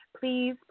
please